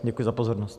Děkuji za pozornost.